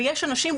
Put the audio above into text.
ויש אנשים,